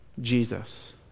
Jesus